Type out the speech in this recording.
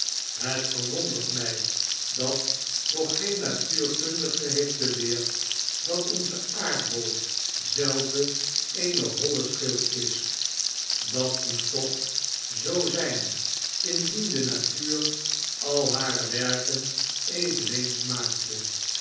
het verwondert mij dat nog geen natuurkundige heeft beweerd dat onze aardbol zelve eene holle schil is dat moest toch zoo zijn indien de natuur al hare werken eveneens maakte